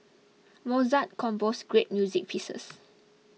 Mozart composed great music pieces